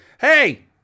hey